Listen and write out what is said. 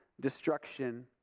destruction